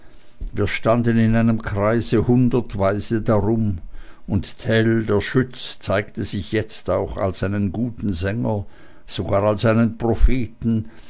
wir standen in einem kreise hundertweise darum und tell der schütz zeigte sich jetzt auch als einen guten sänger sogar als einen propheten